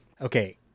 okay